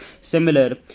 similar